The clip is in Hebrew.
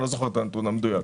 אני לא זוכר את הנתון המדויק.